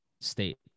state